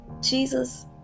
Jesus